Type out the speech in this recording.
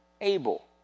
able